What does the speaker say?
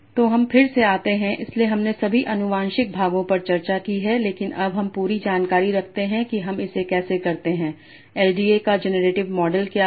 तो हम फिर से आते हैं इसलिए हमने सभी आनुवंशिक भागों पर चर्चा की है लेकिन अब हम पूरी जानकारी रखते हैं कि हम इसे कैसे करते हैं एलडीए का जेनरेटिव मॉडल क्या है